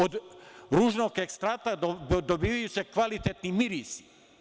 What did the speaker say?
Od ružinog ekstrakta dobijaju se kvalitetni mirisi.